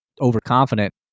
overconfident